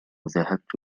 ذهبت